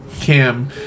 Cam